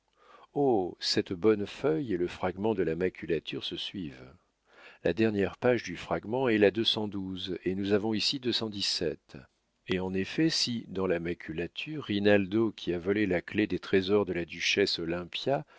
cette bonne feuille et le fragment de maculature se suivent la dernière page du fragment est là et nous avons ici et en effet si dans la maculature rinaldo qui a volé la clef des trésors de la duchesse